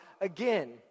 again